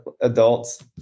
adults